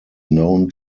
known